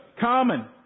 common